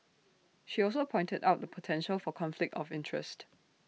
she also pointed out the potential for conflict of interest